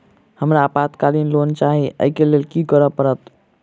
हमरा अल्पकालिक लोन चाहि अई केँ लेल की करऽ पड़त?